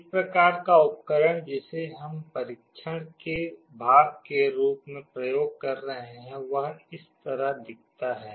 एक प्रकार का उपकरण जिसे हम परिक्षण के भाग के रूप में प्रयोग कर रहे हैं वह इस तरह दिखता है